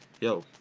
yo